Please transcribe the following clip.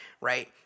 right